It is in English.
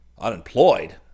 Unemployed